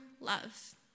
love